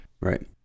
Right